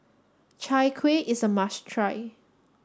Chai Kueh is a must try